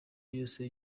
yose